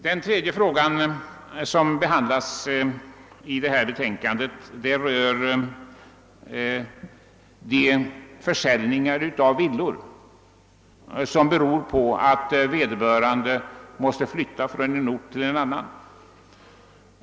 Den tredje frågan som behandlas i betänkandet rör de försäljningar av villor som beror på att ägaren måste flytta från en ort till en annan.